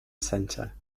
centre